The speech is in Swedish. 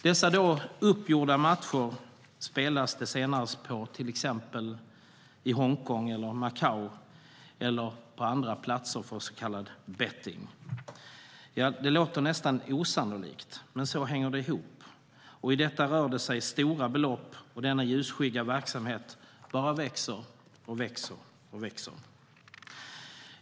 Dessa uppgjorda matcher spelas det senare på i till exempel Hongkong, Macao eller andra platser för så kallad betting. Ja, det låter nästan osannolikt, men så hänger det ihop. Det rör sig om stora belopp, och denna ljusskygga verksamhet bara växer och växer.